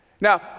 Now